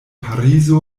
parizo